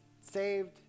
saved